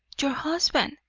your husband!